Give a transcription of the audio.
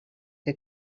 que